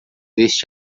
este